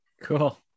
Cool